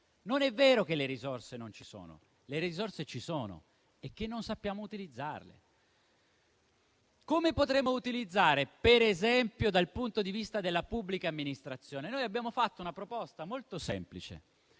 Non è vero che le risorse non ci sono; le risorse ci sono, è che non sappiamo utilizzarle. Come potremmo utilizzarle, per esempio, dal punto di vista della pubblica amministrazione? Noi abbiamo fatto una proposta molto semplice: